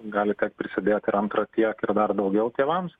gali tekt prisidėt ir antra tiek ir daugiau tėvams